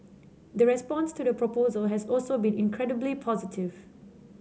the response to the proposal has also been incredibly positive